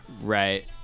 Right